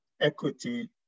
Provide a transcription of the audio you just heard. equity